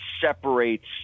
separates